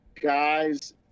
guys